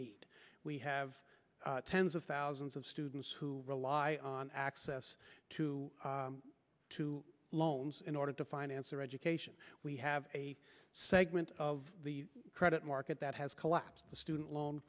need we have tens of thousands of students who rely on access to two loans in order to finance their education we have a segment of the credit market that has collapsed the student loan